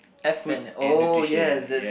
F and~ oh yes that's